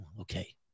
Okay